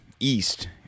east